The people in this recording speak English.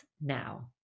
now